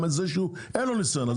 גם זה שאין לו ניסיון.